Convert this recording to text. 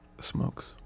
smokes